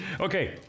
Okay